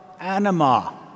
Anima